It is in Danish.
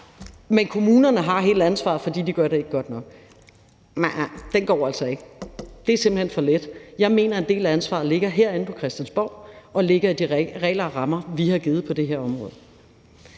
men kommunerne har hele ansvaret, fordi de ikke gør det godt nok. Nej, nej, den går altså ikke. Det er simpelt hen for let. Jeg mener, at en del af ansvaret ligger herinde på Christiansborg og ligger i de regler og rammer, vi har givet på det her område.